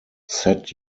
set